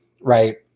Right